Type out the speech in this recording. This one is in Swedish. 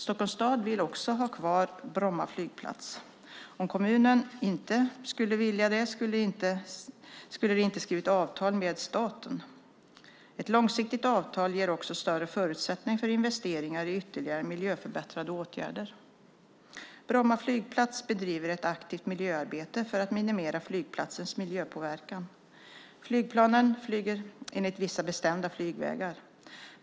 Stockholms stad vill också ha kvar Bromma flygplats. Om kommunen inte skulle vilja det skulle de inte ha skrivit avtalet med staten. Ett långsiktigt avtal ger också större förutsättningar för investeringar i ytterligare miljöförbättrande åtgärder. Bromma flygplats bedriver ett aktivt miljöarbete för att minimera flygplatsens miljöpåverkan. Flygplanen flyger enligt vissa bestämda flygvägar.